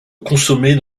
consommés